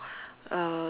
uh